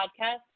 podcast